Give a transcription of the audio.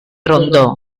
rondó